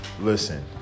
listen